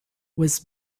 was